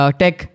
tech